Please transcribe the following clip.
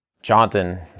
jonathan